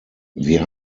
wir